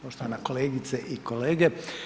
Poštovana kolegice i kolege.